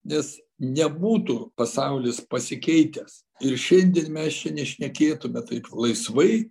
nes nebūtų pasaulis pasikeitęs ir šiandien mes čia nešnekėtume taip laisvai